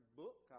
book